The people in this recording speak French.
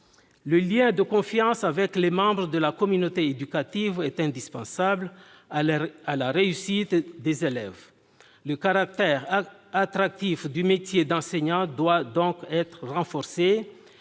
Le lien de confiance avec les membres de la communauté éducative est indispensable à la réussite des élèves. Le caractère attractif du métier d'enseignant doit donc être renforcé,